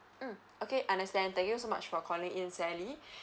mm okay understand thank you so much for calling in sally